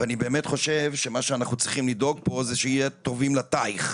ואני באמת חושב שמה שאנחנו צריכים לדאוג פה זה שיהיה טובים לטייח,